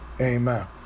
Amen